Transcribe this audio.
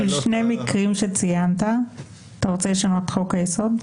מקרים שציינת אתה רוצה לשנות את חוק היסוד?